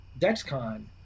dexcon